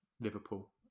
Liverpool